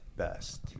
Best